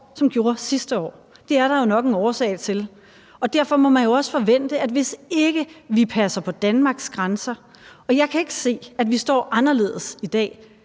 som der kom sidste år. Det er der jo nok en årsag til, og derfor må man jo også forvente det, hvis ikke vi passer på Danmarks grænser, og jeg kan ikke se, at vi står anderledes i dag.